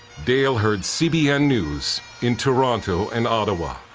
dale hurd, cbn news in toronto and ottawa.